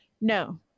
No